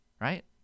Right